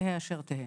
תהא אשר תהא.